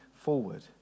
forward